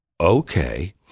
okay